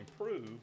improve